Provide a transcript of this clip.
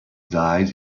died